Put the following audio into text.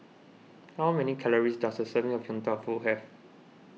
how many calories does a serving of Yong Tau Foo have